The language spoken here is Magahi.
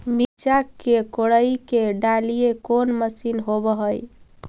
मिरचा के कोड़ई के डालीय कोन मशीन होबहय?